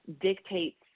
dictates